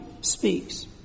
speaks